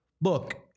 look